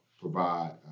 provide